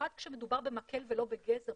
במיוחד כשמדובר במקל ולא בגזר,